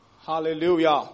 Hallelujah